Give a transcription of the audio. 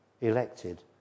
elected